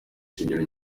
shingiro